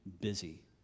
busy